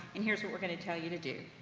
and here's what we're going to tell you to do.